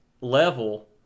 level